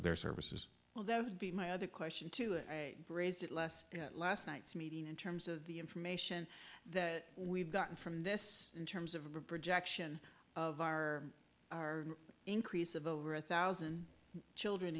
their services well that would be my other question too it raised less at last night's meeting in terms of the information that we've gotten from this in terms of a projection of our our increase of over a thousand children